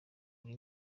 kuri